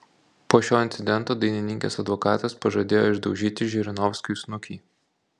po šio incidento dainininkės advokatas pažadėjo išdaužyti žirinovskiui snukį